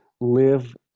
live